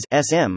SM